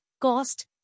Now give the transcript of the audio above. cost